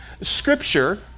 Scripture